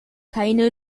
keine